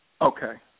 Okay